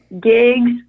gigs